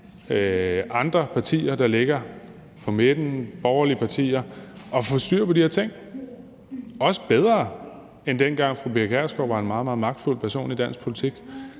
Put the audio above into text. andre partier, der ligger på midten, borgerlige partier, at få styr på de her ting, også bedre, end dengang fru Pia Kjærsgaard var en meget, meget magtfuld person i dansk politik.